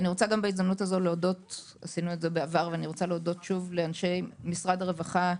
אני רוצה להודות שוב לאנשי משרד הרווחה,